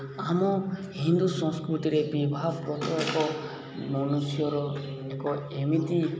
ଆମ ହିନ୍ଦୁ ସଂସ୍କୃତିରେ ବିବାହ ବ୍ରତ ଏକ ମନୁଷ୍ୟର ଏକ ଏମିତି